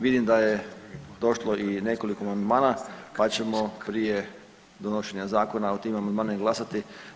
Vidim da je došlo i nekoliko amandmana pa ćemo prije donošenja zakona o tim amandmanima glasati.